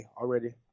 already